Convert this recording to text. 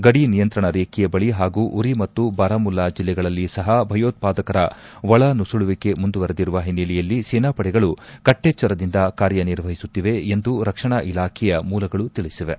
ಗಡಿನಿಯಂತ್ರಣ ರೇಖೆಯ ಬಳಿ ಹಾಗೂ ಉರಿ ಮತ್ತು ಬಾರಮುಲ್ಲಾ ಜೆಲ್ಲೆಗಳಲ್ಲಿ ಸಹ ಭಯೋತ್ತಾದಕರ ಒಳನುಸುಳುವಿಕೆ ಮುಂದುವರೆದಿರುವ ಹಿನ್ನೆಲೆಯಲ್ಲಿ ಸೇನಾಪಡೆಗಳು ಕಟ್ಟೆಚ್ಚರದಿಂದ ಕಾರ್ಯನಿರ್ವಹಿಸುತ್ತಿವೆ ಎಂದು ರಕ್ಷಣಾ ಇಲಾಖೆಯ ಮೂಲಗಳು ತಿಳಿಸಿವೆ